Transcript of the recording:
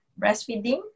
breastfeeding